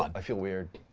i feel weird,